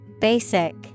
Basic